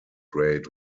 rate